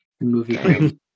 Movie